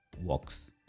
works